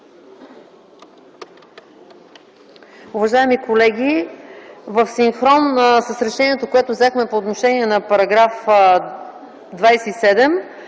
Уважаеми колеги, в синхрон с решението, което взехме по отношение на § 27,